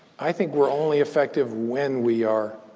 i think we're only effective when we are